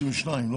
לא 52?